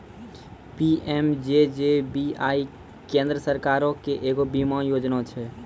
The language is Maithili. पी.एम.जे.जे.बी.वाई केन्द्र सरकारो के एगो बीमा योजना छै